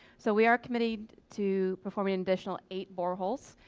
so we are committed to performing an additional eight boreholes.